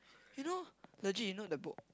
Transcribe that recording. you know legit you know the book